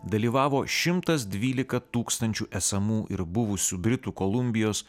dalyvavo šimtas dvylika tūkstančių esamų ir buvusių britų kolumbijos